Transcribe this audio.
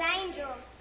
angels